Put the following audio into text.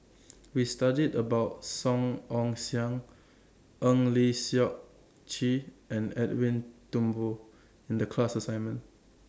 We studied about Song Ong Siang Eng Lee Seok Chee and Edwin Thumboo in The class assignment